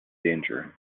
danger